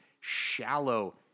shallow